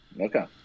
Okay